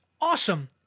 awesome